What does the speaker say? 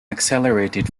accelerated